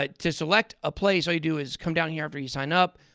but to select a place, all you do is come down here after you sign up,